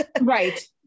Right